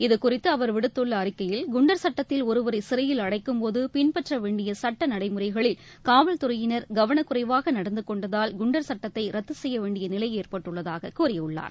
இதுகுறித்து அவர் விடுத்துள்ள அறிக்கையில் குண்டர் சட்டத்தில் ஒருவரை சிறையில் அடைக்கும்போது பின்பற்றவேண்டிய சட்ட நடைமுறைகளில் காவல்துறையினர் கவனக்குறைவாக நடந்துகொண்டதால் குண்டர் சட்டத்தை ரத்து செய்யவேண்டிய நிலை ஏற்பட்டுள்ளதாக கூறியுள்ளார்